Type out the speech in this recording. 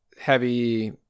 heavy